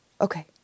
Okay